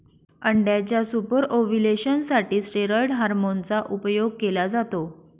अंड्याच्या super ovulation साठी steroid hormone चा उपयोग केला जातो